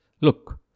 Look